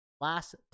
Last